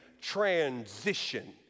transition